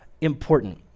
important